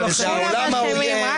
כולם אשמים, רק אתם לא.